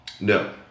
No